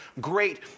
great